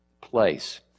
place